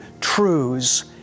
truths